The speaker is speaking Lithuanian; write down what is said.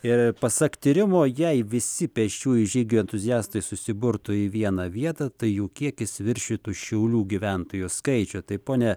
ir pasak tyrimo jei visi pėsčiųjų žygių entuziastai susiburtų į vieną vietą tai jų kiekis viršytų šiaulių gyventojų skaičių tai pone